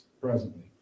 presently